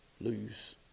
lose